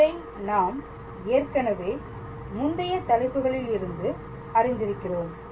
இதை நாம் ஏற்கனவே முந்தைய தலைப்புகளில் இருந்து அறிந்திருக்கிறோம்